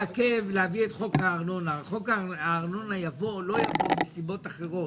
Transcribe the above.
חוק הארנונה יבוא או לא יבוא מסיבות אחרות.